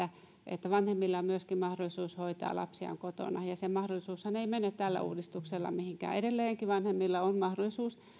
että vanhemmilla on myöskin mahdollisuus hoitaa lapsiaan kotona se mahdollisuushan ei mene tällä uudistuksella mihinkään edelleenkin vanhemmilla on mahdollisuus